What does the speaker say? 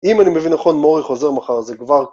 אם אני מבין נכון, מורי חוזר מחר, זה כבר...